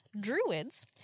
druids